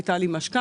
הייתה לי משכנתה,